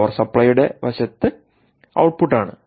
power സപ്ലൈയുടെ വശത്ത് ഔട്ട്പുട്ടാണ്